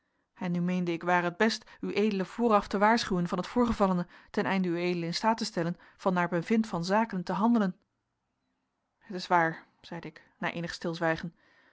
en nu meende ik ware het best ued vooraf te waarschuwen van het voorgevallene ten einde ued in staat te stellen van naar bevind van zaken te handelen het is waar zeide ik na eenig stilzwijgen